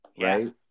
right